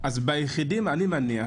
אני מניח,